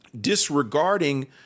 disregarding